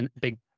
big